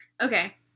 Okay